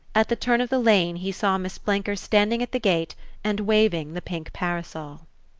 at the turn of the lane he saw miss blenker standing at the gate and waving the pink parasol.